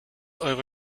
eure